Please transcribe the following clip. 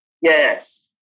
Yes